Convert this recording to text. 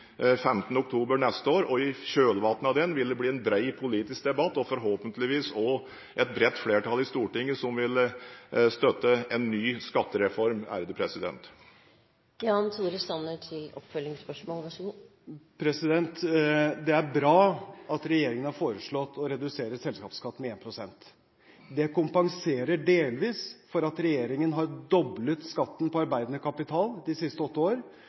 oktober neste år. I kjølvannet av den vil det bli en bred politisk debatt og forhåpentligvis også et bredt flertall i Stortinget som vil støtte en ny skattereform. Det er bra at regjeringen har foreslått å redusere selskapsskatten med 1 pst. Det kompenserer delvis for at regjeringen har doblet skatten på arbeidende kapital de siste åtte år,